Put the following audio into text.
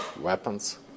weapons